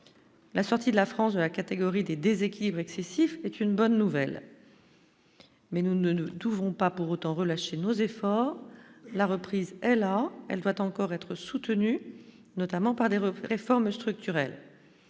La sortie de la France de la catégorie des déséquilibres excessifs est une bonne nouvelle, mais nous ne nous tous vont pas pour autant relâcher nos efforts, la reprise est là, elle doit encore être soutenue notamment par des refus réformes structurelles